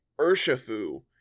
Urshifu